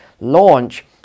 launch